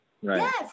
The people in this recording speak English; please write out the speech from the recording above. Yes